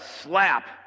slap